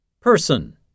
person